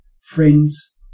friends